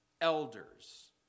elders